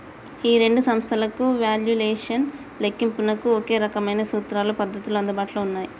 ఈ రెండు సంస్థలకు వాల్యుయేషన్ లెక్కింపునకు ఒకే రకమైన సూత్రాలు పద్ధతులు అందుబాటులో ఉన్నాయి